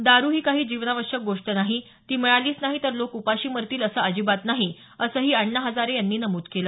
दारू ही काही जीवनावश्यक गोष्ट नाही ती मिळालीच नाही तर लोक उपाशी मरतील असं आजिबात नाही असंही अण्णा हजारे यांनी नमूद केलं